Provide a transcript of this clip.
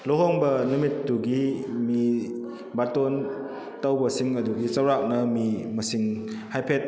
ꯂꯨꯍꯣꯡꯕ ꯅꯨꯃꯤꯠꯇꯨꯒꯤ ꯃꯤ ꯕꯥꯔꯇꯣꯟ ꯇꯧꯕꯁꯤꯡ ꯑꯗꯨꯒꯤ ꯆꯧꯔꯥꯛꯅ ꯃꯤ ꯃꯁꯤꯡ ꯍꯥꯏꯐꯦꯠ